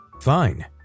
Fine